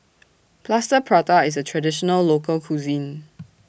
Plaster Prata IS A Traditional Local Cuisine